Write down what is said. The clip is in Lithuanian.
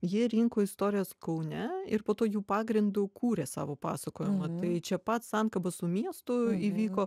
ji rinko istorijas kaune ir po to jų pagrindu kūrė savo pasakojimą tai čia pat sankaba su miestu įvyko